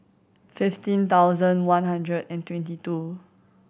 fifteen thousand one hundred and twenty two